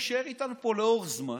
יישאר איתנו פה לאורך זמן,